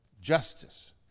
justice